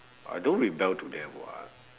I don't rebel to them [what]